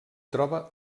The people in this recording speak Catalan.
troba